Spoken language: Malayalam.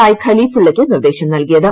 ഐ ഖലീഫുള്ളയ്ക്ക് നിർദ്ദേശം നൽകിയത്